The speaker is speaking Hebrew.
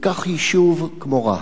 ניקח יישוב כמו רהט,